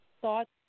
thoughts